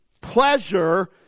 pleasure